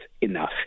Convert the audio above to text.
enough